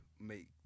make